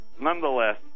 nonetheless